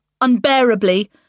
unbearably